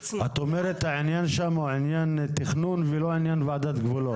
את אומרת העניין שם הוא עניין תכנון ולא עניין ועדת גבולות.